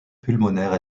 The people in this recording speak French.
pulmonaire